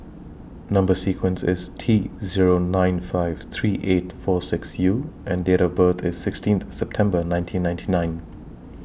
Number sequence IS T Zero nine five three eight four six U and Date of birth IS sixteen September nineteen ninety nine